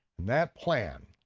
that plan,